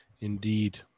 indeed